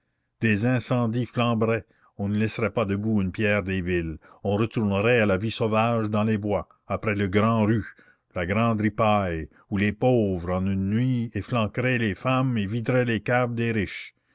des incendies flamberaient on ne laisserait pas debout une pierre des villes on retournerait à la vie sauvage dans les bois après le grand rut la grande ripaille où les pauvres en une nuit efflanqueraient les femmes et videraient les caves des riches